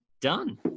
done